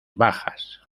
bajas